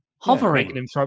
Hovering